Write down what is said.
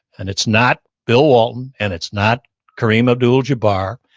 and it's not bill walton and it's not kareem abdul-jabbar.